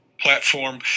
platform